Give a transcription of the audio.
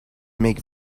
make